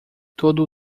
todo